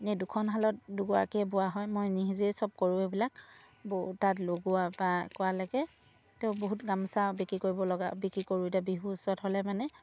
এই দুখন শালত দুগৰাকীয়ে বোৱা হয় মই নিজেই চব কৰোঁ এইবিলাক ব তাঁত লগোৱাৰপৰা কৰালৈকে তেও বহুত গামোচা বিক্ৰী কৰিব লগা বিক্ৰী কৰোঁ এতিয়া বিহু ওচৰত হ'লে মানে